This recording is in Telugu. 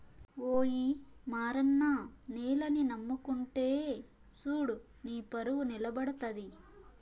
ఓయి మారన్న నేలని నమ్ముకుంటే సూడు నీపరువు నిలబడతది